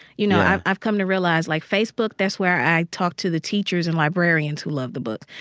you know, i've i've come to realize, like, facebook, that's where i talk to the teachers and librarians who love the book.